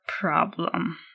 problem